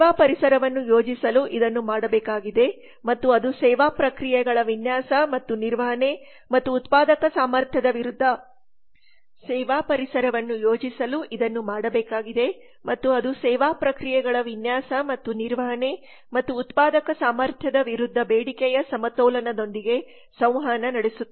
ಸೇವಾ ಪರಿಸರವನ್ನು ಯೋಜಿಸಲು ಇದನ್ನು ಮಾಡಬೇಕಾಗಿದೆ ಮತ್ತು ಅದು ಸೇವಾ ಪ್ರಕ್ರಿಯೆಗಳ ವಿನ್ಯಾಸ ಮತ್ತು ನಿರ್ವಹಣೆ ಮತ್ತು ಉತ್ಪಾದಕ ಸಾಮರ್ಥ್ಯದ ವಿರುದ್ಧ ಬೇಡಿಕೆಯ ಸಮತೋಲನದೊಂದಿಗೆ ಸಂವಹನ ನಡೆಸುತ್ತದೆ